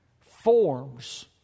forms